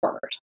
first